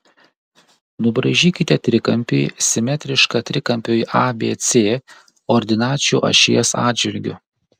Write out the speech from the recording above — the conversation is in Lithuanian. nubraižykite trikampį simetrišką trikampiui abc ordinačių ašies atžvilgiu